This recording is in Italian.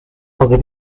poche